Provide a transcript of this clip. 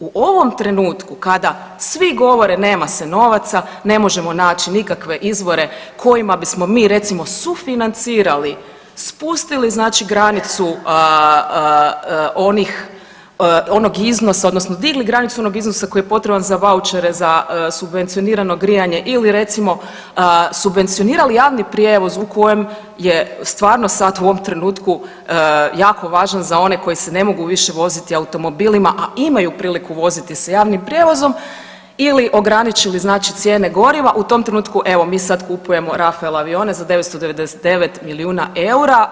U ovom trenutku kada svi govore nema se novaca, ne možemo naći nikakve izvore, kojima bismo mi, recimo sufinancirali, spustili znači granicu onog iznosa, odnosno digli granicu onog iznosa koji je potreban za vaučere za subvencionirano grijanje ili, recimo, subvencionirali javni prijevoz u kojem je stvarno, sad u ovom trenutku jako važan za one koji se ne mogu više voziti automobilima, a imaju priliku voziti se javnim prijevozom, ili ograničili znači, cijene goriva, u tom trenutku, evo, mi sad kupujemo Rafael avione za 999 milijuna eura.